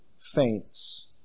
faints